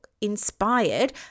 inspired